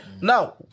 Now